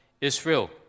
Israel